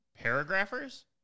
paragrapher's